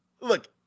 look